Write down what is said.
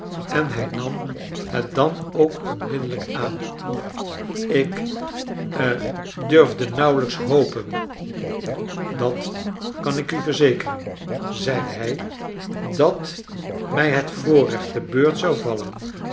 en hij nam het dan ook onmiddellijk aan ik ha durfde nauwelrjks hopen dat kan ik u verzekeren zei hij dat mij het voorrecht te beurt zou vallen